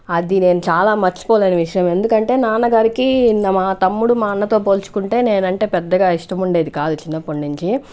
అది నేను చాలా మర్చిపోలేని విషయం ఎందుకంటే నాన్న గారికి మా తమ్ముడు మా అన్నతో పోల్చుకుంటే నేనంటే పెద్దగా ఇష్టం ఉండేది కాదు చిన్నప్పటి నుంచి